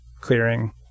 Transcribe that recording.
clearing